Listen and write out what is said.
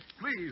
please